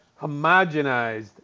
homogenized